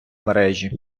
мережі